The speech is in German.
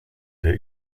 der